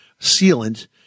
sealant